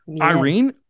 Irene